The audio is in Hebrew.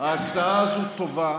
ההצעה הזו טובה